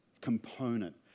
component